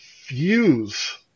Fuse